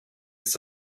ist